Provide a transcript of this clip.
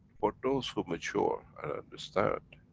for those who mature and understand,